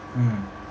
mm